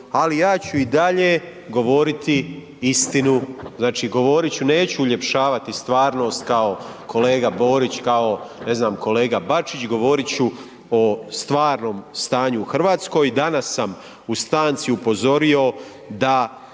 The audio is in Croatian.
ali ja ću i dalje govoriti istinu. Znači govorit ću neću uljepšavati stvarnost kao kolega Borić, kao ne znam kolega Bačić, govorit ću o stvarnom stanju u Hrvatskoj. Danas sam u stanci upozorio da